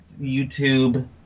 youtube